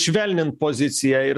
švelnint poziciją ir